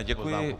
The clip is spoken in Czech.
Děkuji.